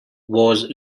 was